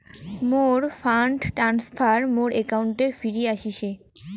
মোর fund transfer মোর অ্যাকাউন্টে ফিরি আশিসে